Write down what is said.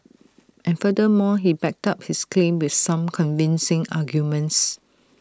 and furthermore he backed up his claim with some convincing arguments